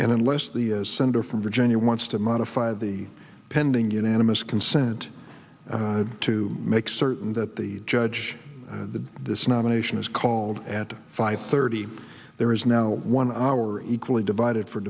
and unless the senator from virginia wants to modify the pending unanimous consent to make certain that the judge to this nomination is cold at five thirty there is now one hour equally divided for